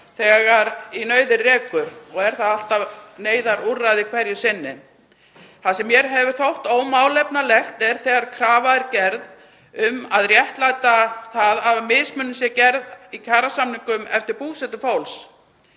þegar í nauðir rekur og er það alltaf neyðarúrræði hverju sinni. Það sem mér hefur þótt ómálefnalegt er þegar krafa er gerð um að réttlæta það að mismunun sé gerð í kjarasamningum eftir búsetu fólks.